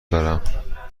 دارم